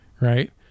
right